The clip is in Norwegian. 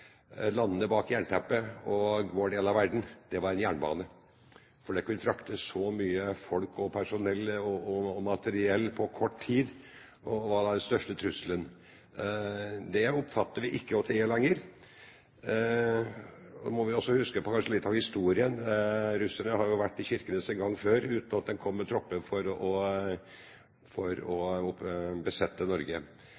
landene bak jernteppet og vår del av verden, var en jernbane, for den kunne frakte så mye folk og materiell på kort tid, og var den største trusselen. Den oppfatningen har vi ikke lenger. Nå må vi kanskje også huske på litt av historien. Russerne har jo vært i Kirkenes en gang før, uten at de kom med tropper for å